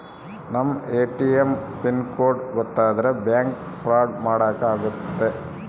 ನಮ್ ATM pin code ಗೊತ್ತಾದ್ರೆ bank fraud ಮಾಡಾಕ ಆಗುತ್ತೆ